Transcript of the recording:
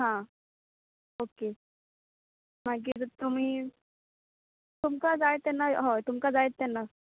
आं ओके मागीर तुमी तुमकां जाय तेन्ना होय तुमकां जाय तेन्ना